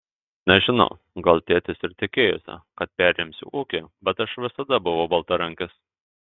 nežinau gal tėtis ir tikėjosi kad perimsiu ūkį bet aš visada buvau baltarankis